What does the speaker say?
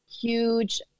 huge